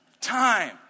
time